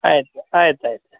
ಆಯಿತು ಆಯ್ತು ಆಯ್ತು